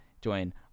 join